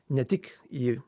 ne tik į